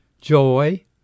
joy